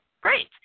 great